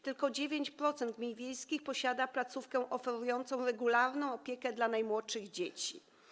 Tylko 9% gmin wiejskich posiada placówkę oferującą regularną opiekę dla najmłodszych dzieci.